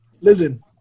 Listen